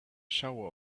shower